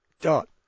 Dot